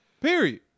Period